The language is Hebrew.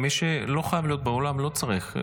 חברים, מי שלא חייב להיות באולם לא צריך.